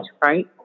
Right